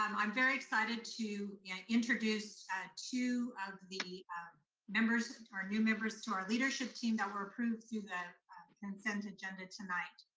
um i'm very excited to yeah introduce two of the members, our new members to our leadership team that were approved through the consent agenda tonight.